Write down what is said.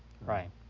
right